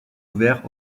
ouvert